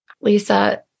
Lisa